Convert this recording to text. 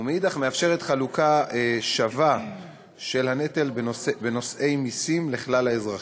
ומאידך מאפשרת חלוקה שווה של הנטל בנושאי מסים לכלל האזרחים.